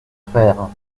faire